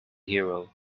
hero